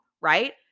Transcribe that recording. Right